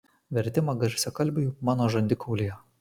vertimą garsiakalbiui mano žandikaulyje